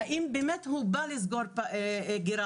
האם הוא באמת בא לסגור גירעון.